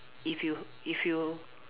if you if you